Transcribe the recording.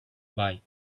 bike